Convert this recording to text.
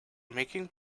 making